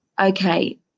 okay